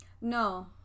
No